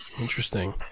Interesting